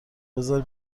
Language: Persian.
بذار